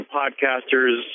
podcasters